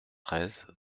treize